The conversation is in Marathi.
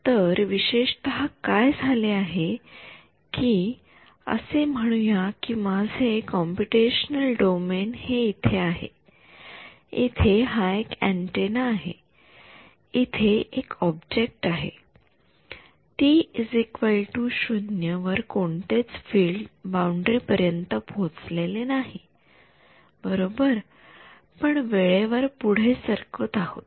तर विशेषतः काय झाले आहे कि असे म्हणू कि माझे कॉम्पुटेशनल डोमेन हे इथे आहे इथे हा एक अँटेना आहे इथे एक ऑब्जेक्ट आहे टी 0 वर कोणतेच फील्ड बाउंडरी पर्यंत पोचलेले नाही बरोबर आपण वेळेवर पुढे सरकत आहोत